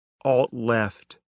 alt-left